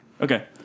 Okay